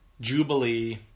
Jubilee